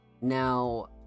Now